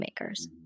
makers